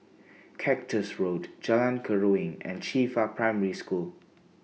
Cactus Road Jalan Keruing and Qifa Primary School